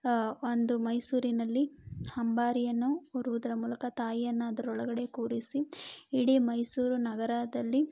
ಒಂದು ಮೈಸೂರಿನಲ್ಲಿ ಅಂಬಾರಿಯನ್ನು ಹೊರುವುದರ ಮೂಲಕ ತಾಯಿಯನ್ನು ಅದರೊಳಗಡೆ ಕೂರಿಸಿ ಇಡೀ ಮೈಸೂರು ನಗರದಲ್ಲಿ